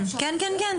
כן, כן.